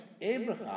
Abraham